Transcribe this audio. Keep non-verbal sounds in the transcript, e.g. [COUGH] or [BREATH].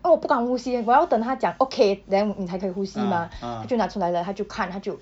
因为我不敢呼吸 eh 我要等他讲 okay then 你才还可以呼吸吗 [BREATH] 他就拿出来了他就看他就